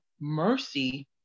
mercy